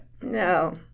No